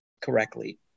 correctly